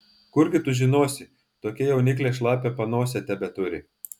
kurgi tu žinosi tokia jauniklė šlapią panosę tebeturi